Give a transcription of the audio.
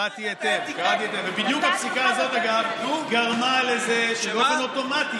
אפילו לא קראת את הפסיקה של ועדת האתיקה.